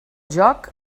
joc